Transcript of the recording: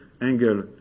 angle